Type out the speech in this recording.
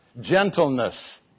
gentleness